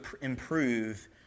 improve